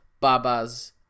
Baba's